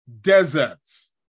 Deserts